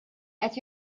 qed